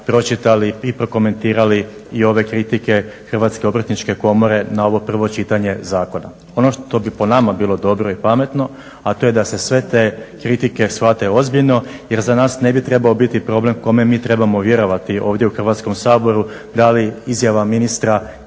pročitali i prokomentirali i ove kritike Hrvatske obrtničke komore na ovo prvo čitanje zakona. Ono što bi po nama bilo dobro i pametno a to je da se sve te kritike shvate ozbiljno jer za nas ne bi trebao biti problem kome mi trebamo vjerovati ovdje u Hrvatskom saboru da li izjava ministra